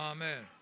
Amen